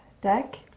deck